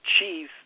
cheese